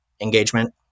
engagement